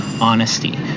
honesty